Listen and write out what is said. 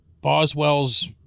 Boswell's